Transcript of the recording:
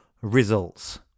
results